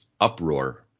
uproar